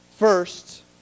First